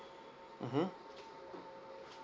mmhmm